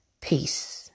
Peace